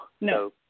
No